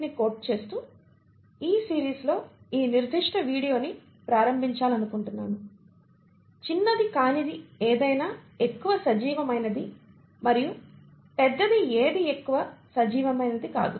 Theriot ని quote చేస్తూ ఈ సిరీస్లో ఈ నిర్దిష్ట వీడియోని ప్రారంభించాలనుకుంటున్నాను "చిన్నది కానిది ఏదైనా ఎక్కువ సజీవమైనది మరియు పెద్దది ఏదీ ఎక్కువ సజీవమైనది కాదు